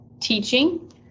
teaching